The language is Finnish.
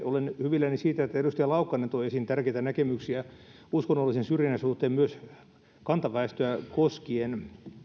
olen myöskin hyvilläni siitä että edustaja laukkanen toi esiin tärkeitä näkemyksiä uskonnollisen syrjinnän suhteen myös kantaväestöä koskien